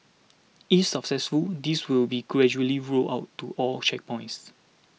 if successful this will be gradually rolled out to all checkpoints